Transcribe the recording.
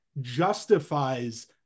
justifies